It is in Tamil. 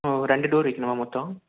ஓ ரெண்டு டோர் வைக்கணுமா மொத்தம்